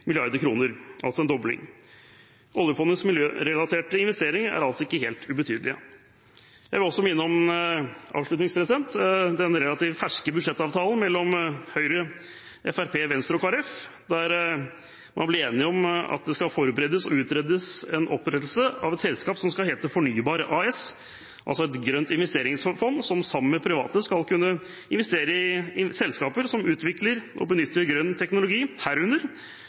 altså en dobling. Oljefondets miljørelaterte investeringer er altså ikke helt ubetydelige. Jeg vil avslutningsvis også minne om den relativt ferske budsjettavtalen mellom Høyre, Fremskrittspartiet, Venstre og Kristelig Folkeparti, der man ble enig om at det skal forberedes og utredes en opprettelse av et selskap som skal hete Fornybar AS, altså et grønt investeringsfond som sammen med private skal kunne investere i selskaper som utvikler og benytter grønn teknologi, herunder